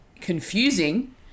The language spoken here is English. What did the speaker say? confusing